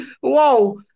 Whoa